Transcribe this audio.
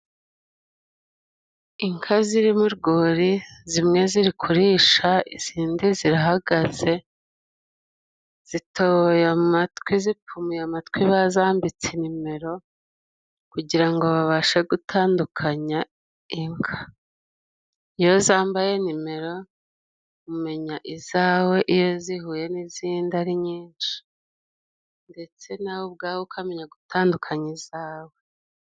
Inka ziri mu rwuri, zimwe ziri kurisha, izindi zirahagaze, zitoboye amatwi, zipfumiye amatwi, bazambitse nimero kugirango babashe gutandukanya inka. Iyo zambaye nimero, umenya izawe iyo zihuye n'izindi ari nyinshi, ndetse nawe ubwawe ukamenya gutandukanya izawe.